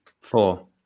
Four